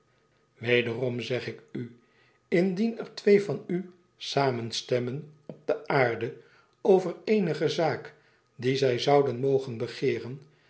wederom zeg ik u indien er twee van u samenstemmen op de aarde over eenige zaak die zij zouden mogen begeeren